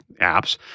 apps